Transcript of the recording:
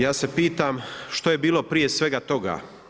Ja se pitam, što je bilo prije svega toga?